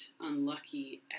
unlucky